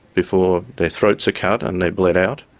before their throats are cut and they're bled out,